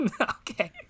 okay